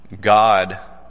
God